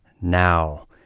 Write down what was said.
now